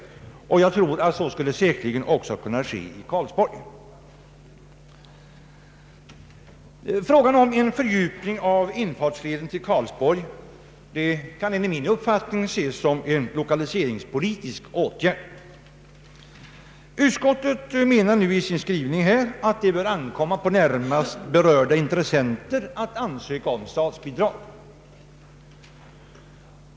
Jag tror att så säkerligen också skulle kunna ske i Karlsborg. En fördjupning av infartsleden till Karlsborg kan enligt min uppfattning ses som en lokaliseringspolitisk åtgärd. Utskottet menar i sin skrivning att det bör ankomma på närmast berörda intressenter att ansöka om statsbidrag.